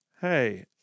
hey